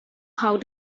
how